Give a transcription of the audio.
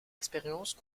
expériences